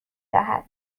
دهد